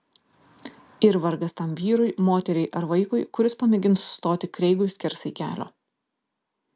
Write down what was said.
ir vargas tam vyrui moteriai ar vaikui kuris pamėgins stoti kreigui skersai kelio